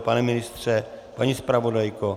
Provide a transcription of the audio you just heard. Pane ministře, paní zpravodajko?